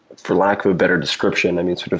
for lack of a better description, and and sort of